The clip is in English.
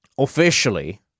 Officially